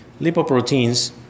Lipoproteins